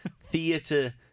theatre